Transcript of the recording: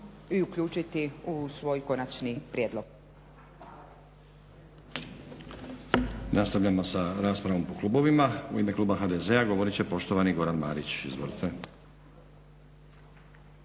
i uključiti u svoj konačni prijedlog.